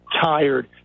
Tired